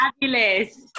fabulous